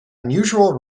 unusual